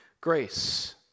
grace